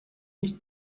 nicht